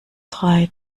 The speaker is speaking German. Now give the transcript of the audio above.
drei